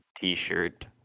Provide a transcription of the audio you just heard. t-shirt